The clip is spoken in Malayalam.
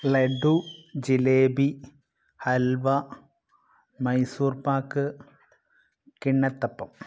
ലഡു ജിലേബി ഹൽവ മൈസൂർ പാക്ക് കിണ്ണത്തപ്പം